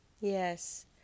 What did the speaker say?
Yes